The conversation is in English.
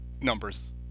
numbers